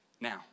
now